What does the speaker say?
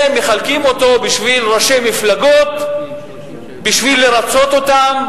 ומחלקים אותו לראשי מפלגות בשביל לרצות אותם.